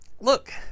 Look